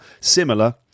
similar